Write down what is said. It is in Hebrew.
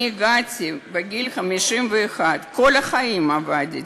אני הגעתי בגיל 51, כל החיים עבדתי.